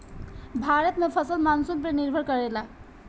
भारत में फसल मानसून पे निर्भर करेला